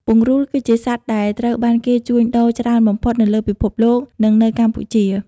ពង្រូល គឺជាសត្វដែលត្រូវបានគេជួញដូរច្រើនបំផុតនៅលើពិភពលោក និងនៅកម្ពុជា។